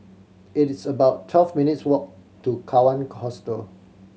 it's about twelve minutes' walk to Kawan Hostel